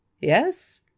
yes